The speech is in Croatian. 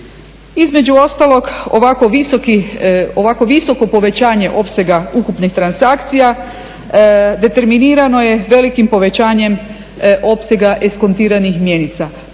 Između ostalog, ovako visoko povećanje opsega ukupnih transakcija determinirano je velikim povećanjem opsega eskortiranih mjenica,